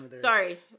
Sorry